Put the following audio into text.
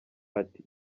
ati